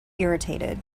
irritated